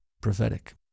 prophetic